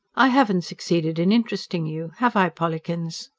i haven't succeeded in interesting you, have i, pollikins?